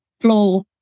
floor